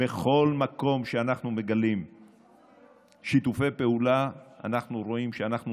בכל מקום שאנחנו מגלים שיתופי פעולה אנחנו רואים שאנחנו